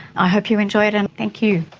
i hope you enjoy it, and thank you.